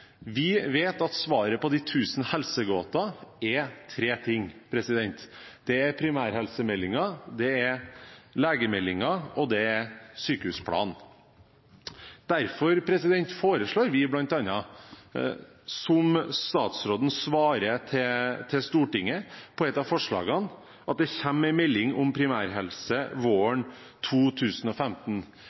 Vi vet at svaret på de 1 000 helsegåtene er tre ting: Det er primærhelsemeldingen, det er legemeldingen, og det er sykehusplanen. Derfor foreslår vi bl.a., som statsråden svarer til Stortinget på et av forslagene, at det kommer en melding om primærhelse våren 2015.